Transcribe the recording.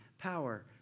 power